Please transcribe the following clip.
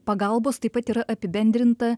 pagalbos taip pat yra apibendrinta